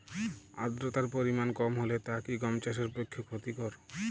আর্দতার পরিমাণ কম হলে তা কি গম চাষের পক্ষে ক্ষতিকর?